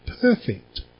perfect